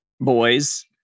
boys